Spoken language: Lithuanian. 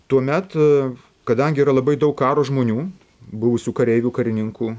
tuomet kadangi yra labai daug karo žmonių buvusių kareivių karininkų